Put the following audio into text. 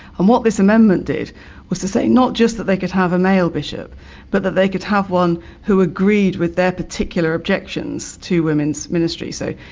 and what this amendment did was to say not just that they could have a male bishop but that they could have one who agreed with their particular objections to women's ministry. so,